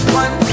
one